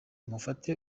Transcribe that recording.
mufate